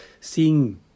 seeing